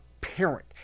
parent